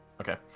Okay